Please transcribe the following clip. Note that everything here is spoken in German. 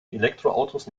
elektroautos